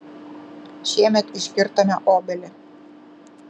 šiemet iškirtome obelį